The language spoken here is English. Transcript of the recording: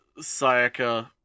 Sayaka